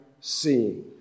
seeing